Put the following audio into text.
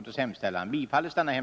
år.